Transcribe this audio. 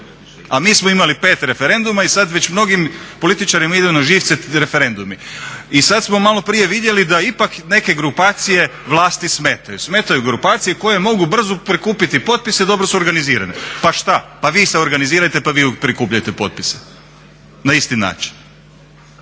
A mi smo imali 5 referenduma i sad već mnogim političarima idu na živce referendumi. I sad smo maloprije vidjeli da ipak neke grupacije vlasti smetaju, smetaju grupacije koje mogu brzo prikupiti potpise i dobro su organizirane. Pa što? Pa i vi se organizirajte pa i vi prikupljajte potpise na isti način.